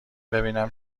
ببینم